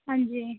ਹਾਂਜੀ